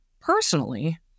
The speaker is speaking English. personally